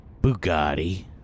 Bugatti